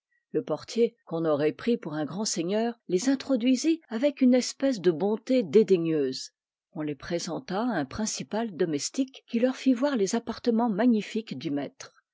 le portier qu'on aurait pris pour un grand seigneur les introduisit avec une espèce de bonté dédaigneuse on les présenta à un principal domestique qui leur fit voir les appartements magnifiques du maître